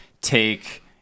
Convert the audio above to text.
take